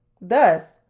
Thus